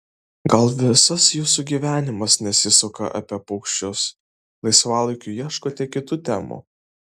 gal visas jūsų gyvenimas nesisuka apie paukščius laisvalaikiu ieškote kitų temų